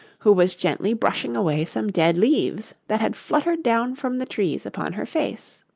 who was gently brushing away some dead leaves that had fluttered down from the trees upon her face.